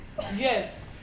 Yes